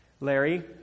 Larry